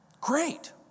Great